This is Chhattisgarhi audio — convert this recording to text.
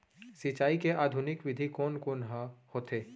सिंचाई के आधुनिक विधि कोन कोन ह होथे?